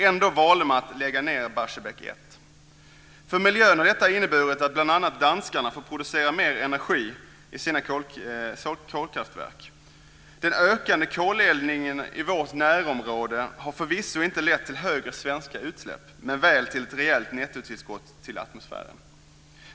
Ändå valde man att lägga ned Barsebäck 1. För miljön har detta inneburit att bl.a. danskarna får producera mer energi i sina kolkraftverk. Den ökade koleldningen i vårt närområde har förvisso inte lett till högre svenska utsläpp men väl till ett rejält nettotillskott till atmosfären.